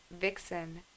Vixen